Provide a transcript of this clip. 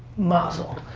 mazel.